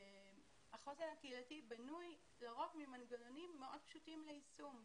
החוסן הקהילתי בנוי לרוב ממנגנונים מאוד פשוטים ליישום,